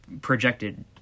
projected